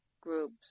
groups